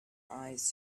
eyes